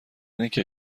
اینکه